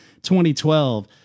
2012